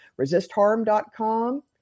ResistHarm.com